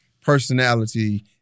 personality